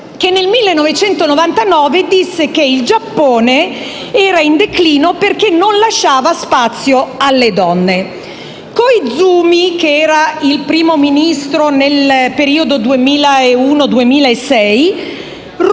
che, nel 1999, disse che il Giappone era in declino perché non lasciava spazio alle donne. Koizumi, che era Primo ministro nel periodo 2001-2006,